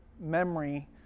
memory